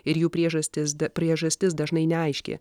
ir jų priežastis da priežastis dažnai neaiški